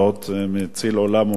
מציל עולם ומלואו,